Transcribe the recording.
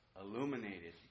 illuminated